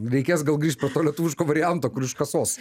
reikės gal grįžt prie to lietuviško varianto kur iš kasos